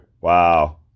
wow